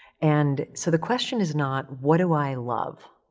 and so the question is not, what do i love?